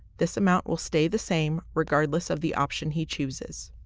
this amount will stay the same regardless of the option he chooses.